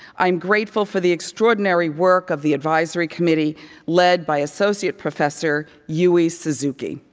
i am grateful for the extraordinary work of the advisory committee led by associate professor yui suzuki.